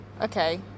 Okay